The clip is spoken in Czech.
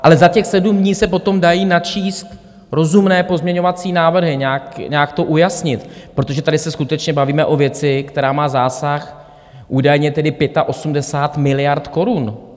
Ale za těch 7 dní se potom dají načíst rozumné pozměňovací návrhy, nějak to ujasnit, protože tady se skutečně bavíme o věci, která má zásah údajně tedy 85 miliard korun.